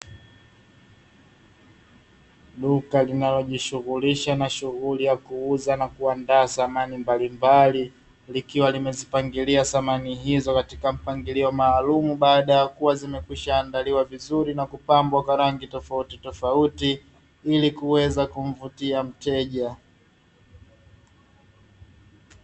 Duka linalojishughulisha na shughuli ya kuuza na kuandaa samani mbalimbali, likiwa limezipangilia samani hizo katika mpangilio maalumu, baada ya kuwa zimekwisha andaliwa vizuri, na kupambwa Kwa rangi tofautitofauti, ili kuweza kumvutia mteja.